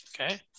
Okay